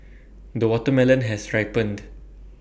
the watermelon has ripened